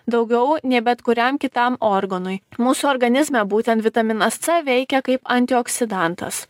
daugiau nei bet kuriam kitam organui mūsų organizme būtent vitaminas c veikia kaip antioksidantas